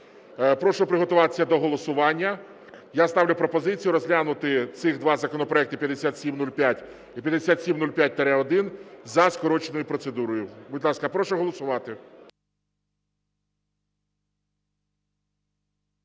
Прошу приготуватися до голосування. Я ставлю пропозицію розглянути цих два законопроекти 5705 і 5705-1 за скороченою процедурою. Будь ласка, прошу голосувати.